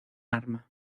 arma